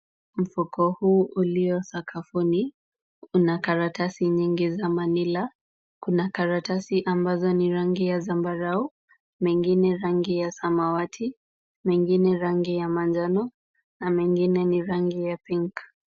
Mfuko huu ulio sakafuni, una karatasi nyingi za manila . Kuna karatasi ambazo ni rangi ya zambarau, mengine rangi ya samawati, mengine rangi ya manjano na mengine ni rangi ya pink .